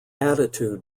attitude